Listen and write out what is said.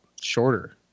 shorter